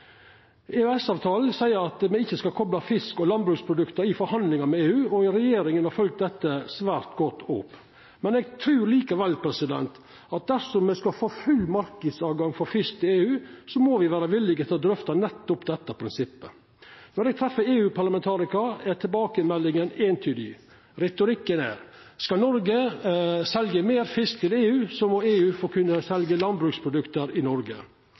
seier at me ikkje skal kopla fisk og landbruksprodukt i forhandlingar med EU, og regjeringa har følgt dette svært godt opp. Men eg trur likevel at dersom me skal få full marknadstilgang for fisk til EU, må me vera villige til å drøfta nettopp dette prinsippet. Når eg treffer EU-parlamentarikarar, er tilbakemeldinga eintydig. Retorikken er: Skal Noreg selja meir fisk til EU, må EU kunna få selja landbruksprodukt i Noreg.